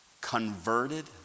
converted